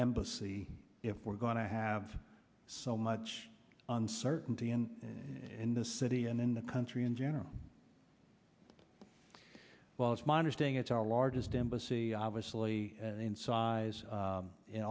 embassy if we're going to have so much uncertainty in in the city and then the country in general well it's my understanding it's our largest embassy obviously in size